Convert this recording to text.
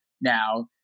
now